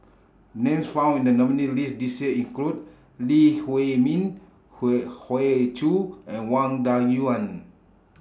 Names found in The nominees' list This Year include Lee Huei Min Hoey Hoey Choo and Wang Dayuan